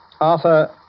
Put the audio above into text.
Arthur